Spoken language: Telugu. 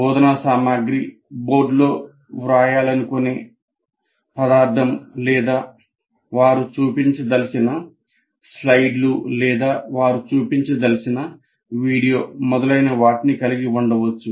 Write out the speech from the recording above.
బోధనా సామగ్రి బోర్డులో వ్రాయాలనుకునే పదార్థం లేదా వారు చూపించదలిచిన స్లైడ్లు లేదా వారు చూపించదలిచిన వీడియో మొదలైన వాటిని కలిగి ఉండవచ్చు